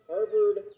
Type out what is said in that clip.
Harvard